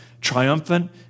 triumphant